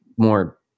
more